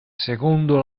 secondo